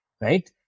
right